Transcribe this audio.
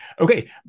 okay